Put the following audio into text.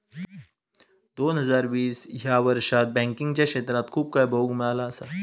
दोन हजार वीस ह्या वर्षात बँकिंगच्या क्षेत्रात खूप काय बघुक मिळाला असा